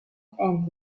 anthony